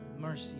mercy